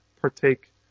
partake